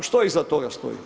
A što iza toga stoji?